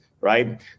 right